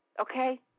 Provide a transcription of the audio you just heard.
okay